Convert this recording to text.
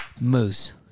Moose